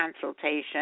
consultation